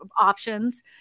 options